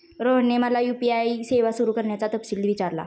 रोहनने मला यू.पी.आय सेवा सुरू करण्याचा तपशील विचारला